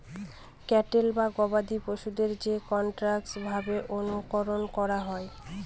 cattle বা গবাদি পশুদের যে কন্ট্রোল্ড ভাবে অনুকরন করা হয়